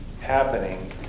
happening